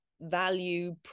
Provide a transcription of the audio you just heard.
value